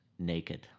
naked